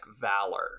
valor